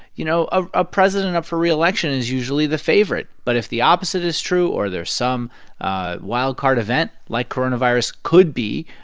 you know, a president up for reelection is usually the favorite. but if the opposite is true or there's some wild-card event, like coronavirus could be,